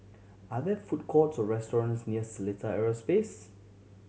are there food courts or restaurants near Seletar Aerospace